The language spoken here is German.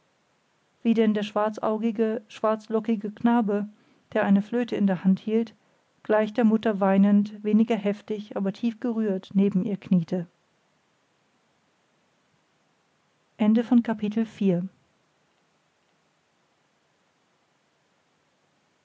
wie denn der schwarzaugige schwarzlockige knabe der eine flöte in der hand hielt gleich der mutter weinend weniger heftig aber tief gerührt neben ihr kniete